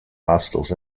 hostels